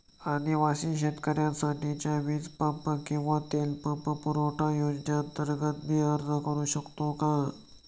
आदिवासी शेतकऱ्यांसाठीच्या वीज पंप किंवा तेल पंप पुरवठा योजनेअंतर्गत मी अर्ज करू शकतो का?